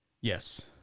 yes